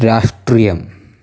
രാഷ്ട്രീയം